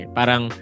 Parang